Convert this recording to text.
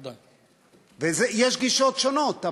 יש גישות שונות,